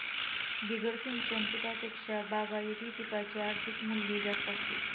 बिगर सिंचन पिकांपेक्षा बागायती पिकांचे आर्थिक मूल्य जास्त असते